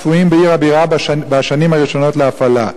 צפויים בעיר הבירה בשנים הראשונות להפעלה.